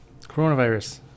coronavirus